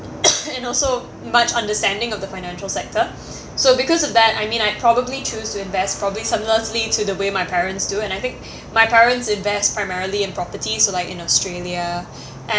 and also much understanding of the financial sector so because of that I mean I probably choose to invest probably similarly to the way my parents do and I think my parents invest primarily in properties like in australia